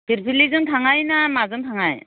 फिलफिलिजों थांनो ना माजों थांनो